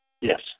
yes